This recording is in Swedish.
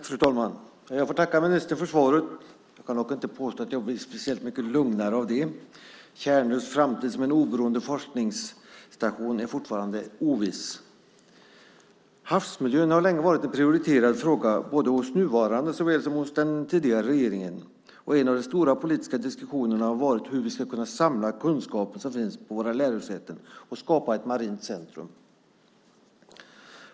Fru talman! Jag får tacka ministern för svaret. Jag kan dock inte påstå att jag blir speciellt mycket lugnare av det. Tjärnös framtid som en oberoende forskningsstation är fortfarande oviss. Havsmiljön har länge varit en prioriterad fråga för såväl den nuvarande som den tidigare regeringen. En av de stora politiska diskussionerna har varit hur vi ska kunna samla kunskaperna som finns på våra lärosäten och skapa ett marint centrum.